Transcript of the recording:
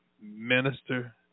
minister